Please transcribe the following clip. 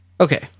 Okay